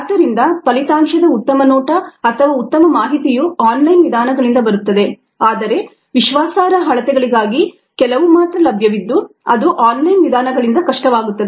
ಆದ್ದರಿಂದ ಫಲಿತಾಂಶದ ಉತ್ತಮ ನೋಟ ಅಥವಾ ಉತ್ತಮ ಮಾಹಿತಿಯು ಆನ್ಲೈನ್ ವಿಧಾನಗಳಿಂದ ಬರುತ್ತದೆ ಆದರೆ ವಿಶ್ವಾಸಾರ್ಹ ಅಳತೆಗಳಿಗಾಗಿ ಕೆಲವು ಮಾತ್ರ ಲಭ್ಯವಿದ್ದು ಅದು ಆನ್ಲೈನ್ ವಿಧಾನಗಳಿಂದ ಕಷ್ಟವಾಗುತ್ತದೆ